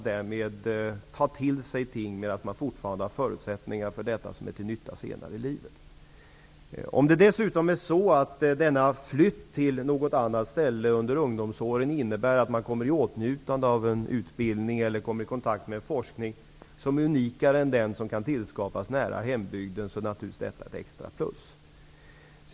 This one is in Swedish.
Därmed får man, medan man fortfarande har förutsättningar, möjlighet att ta till sig ting som är till nytta senare i livet. Om denna flytt till något annat ställe under ungdomsåren dessutom innebär att man kommer i åtnjutande av en utbildning eller att man kommer i kontakt med forskning som är unikare än den som kan tillskapas nära hembygden är naturligtvis detta ett extra plus.